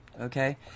Okay